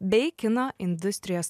bei kino industrijos